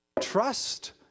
trust